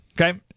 Okay